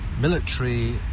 military